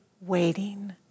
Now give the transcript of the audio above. waiting